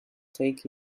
take